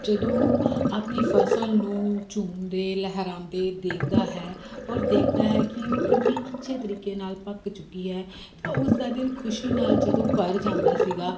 ਜਦੋਂ ਆਪਣੀ ਫ਼ਸਲ ਨੂੰ ਝੂਮਦੇ ਲਹਿਰਾਉਂਦੇ ਦੇਖਦਾ ਹੈ ਔਰ ਦੇਖਦਾ ਹੈ ਕਿ ਉਹ ਕਿੰਨੀ ਅੱਛੇ ਤਰੀਕੇ ਨਾਲ ਪੱਕ ਚੁੱਕੀ ਹੈ ਤਾਂ ਉਸ ਦਾ ਦਿਲ ਖੁਸ਼ੀ ਨਾਲ ਜਦੋਂ ਭਰ ਜਾਂਦਾ ਸੀਗਾ